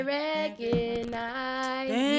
recognize